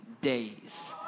days